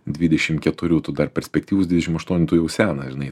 dvidešim keturių tu dar perspektyvus dvidešim aštuonių tu jau senas žinai